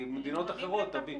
מדינות אחרות תביא.